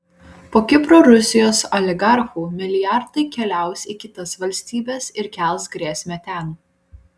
po kipro rusijos oligarchų milijardai keliaus į kitas valstybes ir kels grėsmę ten